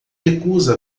recusa